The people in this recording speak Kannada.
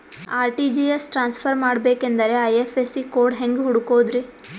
ಆರ್.ಟಿ.ಜಿ.ಎಸ್ ಟ್ರಾನ್ಸ್ಫರ್ ಮಾಡಬೇಕೆಂದರೆ ಐ.ಎಫ್.ಎಸ್.ಸಿ ಕೋಡ್ ಹೆಂಗ್ ಹುಡುಕೋದ್ರಿ?